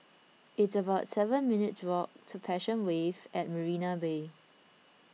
it's about seven minutes' walk to Passion Wave at Marina Bay